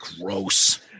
Gross